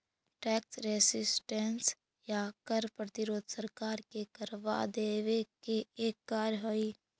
tax resistance या कर प्रतिरोध सरकार के करवा देवे के एक कार्य हई